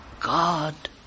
God